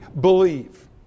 believe